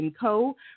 Co